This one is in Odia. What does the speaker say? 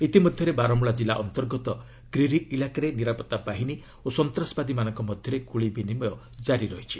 ଇତିମଧ୍ୟରେ ବାରମୂଳ କିଲ୍ଲା ଅନ୍ତର୍ଗତ କ୍ରିରି ଇଲାକାରେ ନିରାପତ୍ତା ବାହିନୀ ଓ ସନ୍ତାସବାଦୀମାନଙ୍କ ମଧ୍ୟରେ ଗୁଳିଗୋଳା ବିନିମୟ ଜାରି ରହିଛି